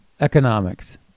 economics